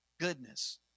goodness